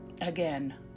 again